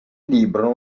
libro